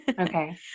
Okay